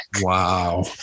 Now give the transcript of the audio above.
Wow